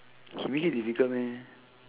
can make it difficult meh